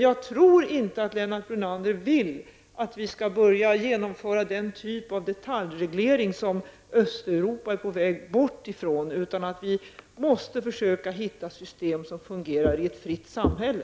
Jag tror inte att Lennart Brunander vill att vi skall börja genomföra den typ av detaljreglering som Östeuropa är på väg bort ifrån. Vi måste i stället försöka hitta system som fungerar i ett fritt samhälle.